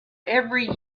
every